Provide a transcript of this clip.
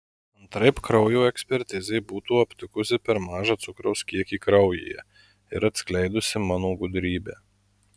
antraip kraujo ekspertizė būtų aptikusi per mažą cukraus kiekį kraujyje ir atskleidusi mano gudrybę